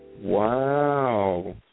Wow